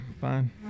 fine